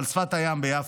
על שפת הים ביפו,